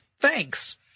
Thanks